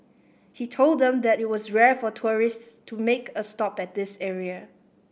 he told them that it was rare for tourists to make a stop at this area